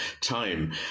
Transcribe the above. time